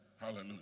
hallelujah